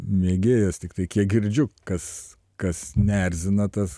mėgėjas tiktai kiek girdžiu kas kas neerzina tas